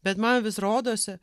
bet man vis rodosi